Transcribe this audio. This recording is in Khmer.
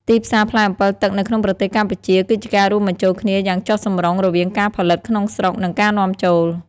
ទីផ្សារផ្លែអម្ពិលទឹកនៅក្នុងប្រទេសកម្ពុជាគឺជាការរួមបញ្ចូលគ្នាយ៉ាងចុះសម្រុងរវាងការផលិតក្នុងស្រុក និងការនាំចូល។